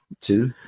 Two